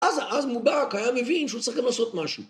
אז מובארק היה מבין שהוא צריך גם למעשות משהו.